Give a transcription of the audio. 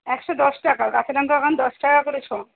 একশো দশ টাকা কাঁচা লঙ্কা এখন দশ টাকা করে শ